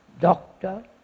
doctor